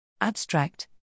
Abstract